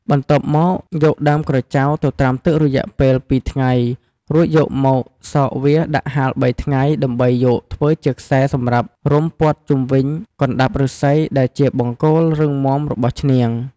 បន្ទាប់មកយកដើមក្រចៅទៅត្រាំទឹករយៈពេល ២ថ្ងៃរួចយកមកសកវាដាក់ហាល៣ថ្ងៃដើម្បីយកធ្វើជាខ្សែសម្រាប់វុំព័ទ្ធជុំវិញកណ្តាប់ឫស្សីដែលជាបង្គោលរឹងមាំរបស់ឈ្នាង។